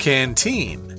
Canteen